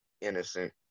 innocent